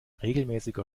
regelmäßiger